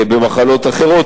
במחלות אחרות,